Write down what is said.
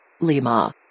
Lima